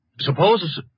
suppose